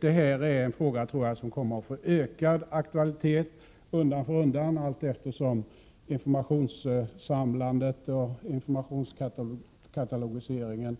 Det är en fråga som nog kommer att få ökad aktualitet undan för undan, allteftersom informationssamlandet och informationskatalogiseringen